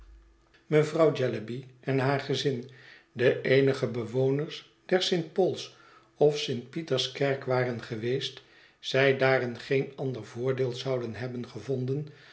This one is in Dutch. mevrouw jellyby en haar gezin de eenige bewoners der st pauls of st pieterskerk waren geweest zij daarin geen ander voordeel zouden hebben gevonden